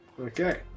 Okay